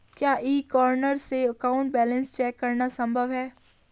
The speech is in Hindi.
क्या ई कॉर्नर से अकाउंट बैलेंस चेक करना संभव है?